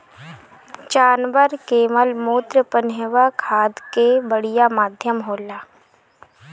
जानवर कअ मलमूत्र पनियहवा खाद कअ बढ़िया माध्यम होला